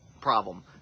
problem